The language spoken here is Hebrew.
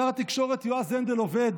שר התקשורת יועז הנדל עובד